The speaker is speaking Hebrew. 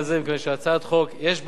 יש בה אלמנטים מאוד מאוד חיוביים,